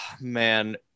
Man